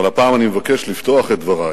אבל הפעם אני מבקש לפתוח את דברי